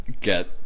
get